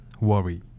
worry